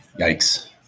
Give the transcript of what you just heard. Yikes